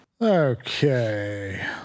Okay